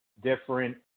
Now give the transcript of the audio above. different